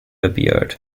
appeared